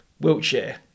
Wiltshire